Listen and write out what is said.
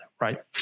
right